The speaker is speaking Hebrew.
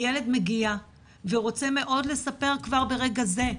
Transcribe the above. הילדי מגיע ורוצה לספר מאוד כבר ברגע זה,